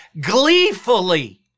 gleefully